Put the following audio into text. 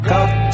Got